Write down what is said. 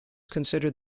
considered